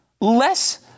less